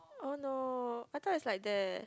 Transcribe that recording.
oh no I thought it's like that